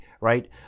right